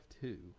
two